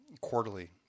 quarterly